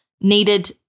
needed